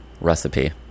recipe